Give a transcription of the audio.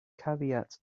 caveats